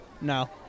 No